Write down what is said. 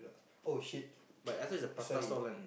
oh shit sorry